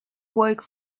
work